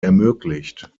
ermöglicht